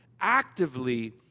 Actively